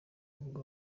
avuga